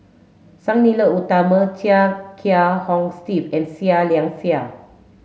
Sang Nila Utama Chia Kiah Hong Steve and Seah Liang Seah